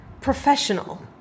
professional